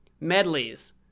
Medleys